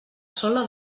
solo